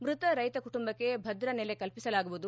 ಮೃತ ರೈತ ಕುಟುಂಬಕ್ಕೆ ಭದ್ರ ನೆಲೆ ಕಲ್ಪಿಸಲಾಗುವುದು